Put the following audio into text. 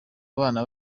abana